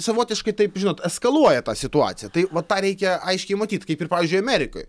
savotiškai taip žinot eskaluoja tą situaciją tai vat tą reikia aiškiai matyt kaip ir pavyzdžiui amerikoj